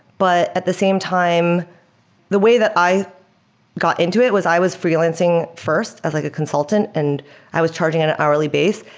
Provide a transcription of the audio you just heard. but at the same time the way that i got into it was i was freelancing first as like a consultant and i was charging an hourly base.